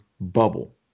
bubble